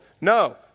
No